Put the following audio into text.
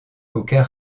aucun